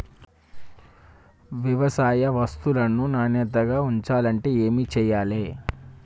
వ్యవసాయ వస్తువులను నాణ్యతగా ఉంచాలంటే ఏమి చెయ్యాలే?